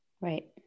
Right